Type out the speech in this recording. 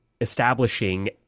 establishing